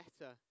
better